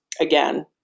again